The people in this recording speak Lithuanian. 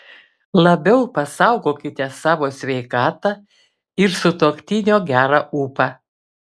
labiau pasaugokite savo sveikatą ir sutuoktinio gerą ūpą